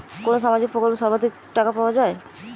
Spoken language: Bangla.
কোন সামাজিক প্রকল্পে সর্বাধিক টাকা পাওয়া য়ায়?